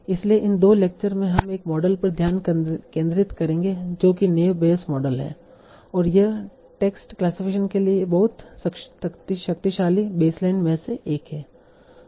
इसलिए इन दो लेक्चर में हम एक मॉडल पर ध्यान केंद्रित करेंगे जो कि नैव बेयस मॉडल है और यह टेक्स्ट क्लासिफिकेशन के लिए बहुत शक्तिशाली बेसलाइन में से एक है